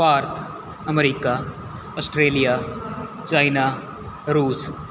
Bharat America Australia China ਰੂਸ